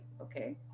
Okay